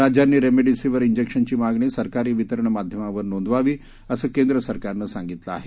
राज्यांनी रेमडेसिवीर जिक्शनची मागणी सरकारी वितरण माध्यमावर नोंदवावी असं केंद्र सरकारनं सांगितलं आहे